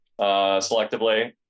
selectively